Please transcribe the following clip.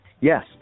Yes